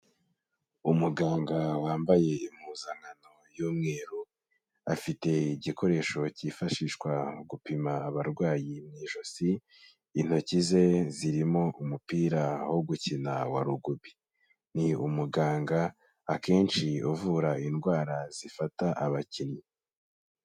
Umuganga wambaye impuzankano y'umweru, afite igikoresho kifashishwa mu gupima abarwayi mu ijosi, intoki ze zirimo umupira wo gukina wa rugubi, ni umuganga akenshi uvura indwara zifata abakinnyi.